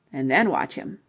and then watch him.